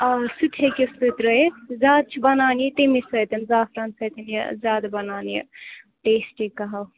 آ سُہ تہِ ہٮ۪کۍہوٗس تُہۍ ترٲوِتھ زیادٕ چھِ بنان یہِ تٔمی سۭتۍ زعفران سۭتۍ یا زیادٕ بنان یہِ ٹیسٹی قٔہوٕ